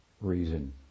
reason